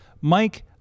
Mike